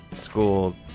school